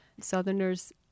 Southerners